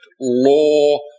law